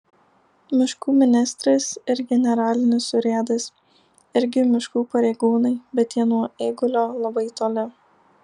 miškų ministras ir generalinis urėdas irgi miškų pareigūnai bet jie nuo eigulio labai toli